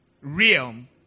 realm